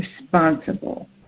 responsible